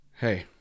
Hey